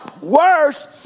worse